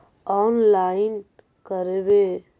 Online करवे?